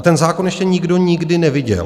Ten zákon ještě nikdo nikdy neviděl.